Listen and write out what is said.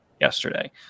yesterday